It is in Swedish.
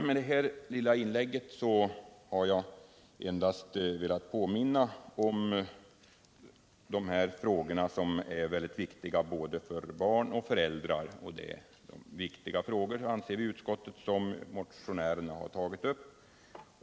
Med detta korta inlägg har jag velat påminna om dessa frågor som är mycket viktiga både för barn och för föräldrar. Utskottet anser att det är viktiga frågor som motionärerna tagit upp.